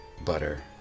butter